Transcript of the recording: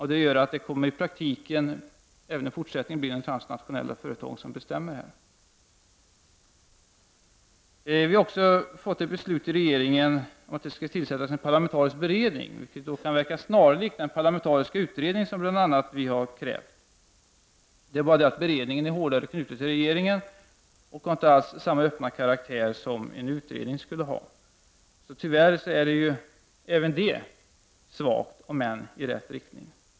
I praktiken kommer även fortsättningsvis de transnationella företagen att bestämma här. Regeringen har beslutat att det skall tillsättas en parlamentarisk beredning, vilket kan verka snarlikt en parlamentarisk utredning, som bl.a. vi har krävt. Men en beredning är hårdare knuten till regeringen och har inte alls samma öppna karraktär som en utredning skulle ha. Tyvärr är även det för svagt, om än i rätt riktning.